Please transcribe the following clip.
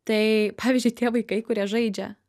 tai pavyzdžiui tie vaikai kurie žaidžia